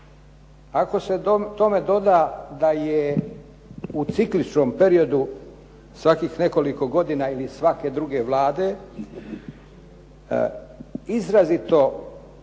Ako se tome doda da je u cikličnom periodu svakih nekoliko godina ili svake druge vlade, izrazit